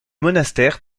monastère